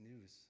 news